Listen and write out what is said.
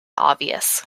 obvious